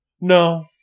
No